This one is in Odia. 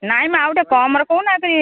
ନାଇଁ ମ ଆଉ ଟିକେ କମ୍ରେ କହୁନାହାନ୍ତି